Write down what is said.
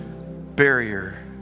barrier